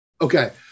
Okay